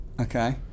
okay